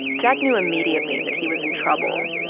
jack knew immediately that he was in trouble.